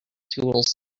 tools